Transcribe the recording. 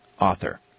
author